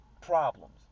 problems